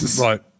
Right